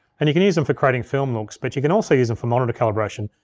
and you can use them for creating film looks, but you can also use em for monitor calibration.